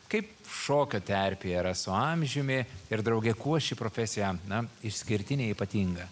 kaip šokio terpėje yra su amžiumi ir drauge kuo ši profesija na išskirtinė ypatinga